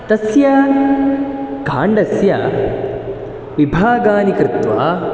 तस्य काण्डस्य विभागादि कृत्वा